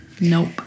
Nope